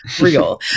Real